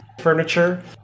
furniture